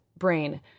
brain